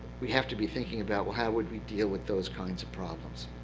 we have to be thinking about, how would we deal with those kinds of problems?